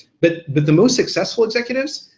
but but the most successful executives,